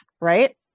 right